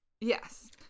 yes